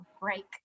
break